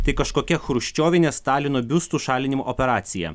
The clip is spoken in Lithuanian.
tai kažkokia chruščiovinė stalino biustų šalinimo operacija